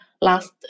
last